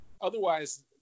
otherwise